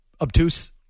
obtuse